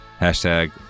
hashtag